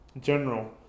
General